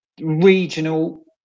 regional